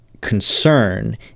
concern